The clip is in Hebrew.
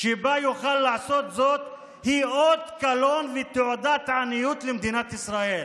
שבה יוכל לעשות זאת היא אות קלון ותעודת עניות למדינת ישראל.